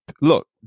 look